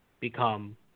become